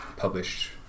published